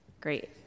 Great